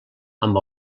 amb